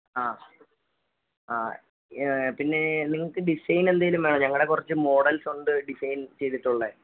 ആ ആ പിന്നെ നിങ്ങൾക്ക് ഡിസെയ്ന് എന്തെങ്കിലും വേണോ ഞങ്ങളുടെ കുറച്ച് മോഡൽസുണ്ട് ഡിസൈൻ ചെയ്തിട്ടുള്ള